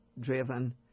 driven